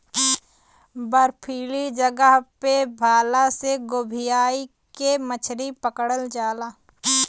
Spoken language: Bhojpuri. बर्फीली जगह पे भाला से गोभीयाई के मछरी पकड़ल जाला